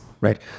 Right